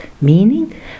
meaning